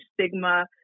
stigma